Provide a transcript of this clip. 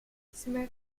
smith